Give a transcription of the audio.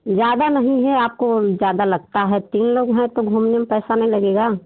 ज़्यादा नहीं है आपको ज़्यादा लगता है तीन लोग हैं तो घूमने में पैसा नहीं लगेगा